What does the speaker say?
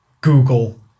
Google